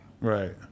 Right